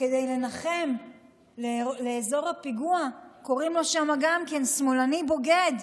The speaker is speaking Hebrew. כדי לנחם לאזור הפיגוע, קוראים לו שם שמאלני בוגד.